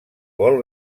vol